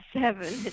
seven